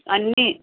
అన్నీ